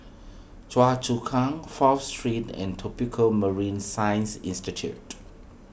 Choa Chu Kang Fourth Street and Tropical Marine Science Institute